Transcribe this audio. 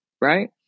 right